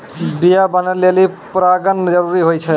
बीया बनै लेलि परागण जरूरी होय छै